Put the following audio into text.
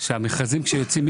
שהמכרזים שיוצאים,